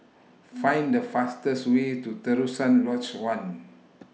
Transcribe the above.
Find The fastest Way to Terusan Lodge one